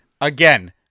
again